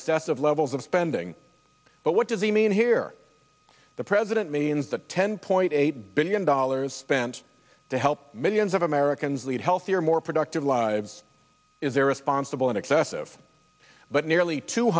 excessive levels of spending but what does he mean here the president means that ten point eight billion dollars spent to help millions of americans lead healthier more productive lives is irresponsible and excessive but nearly two